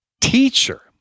teacher